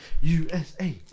USA